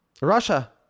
Russia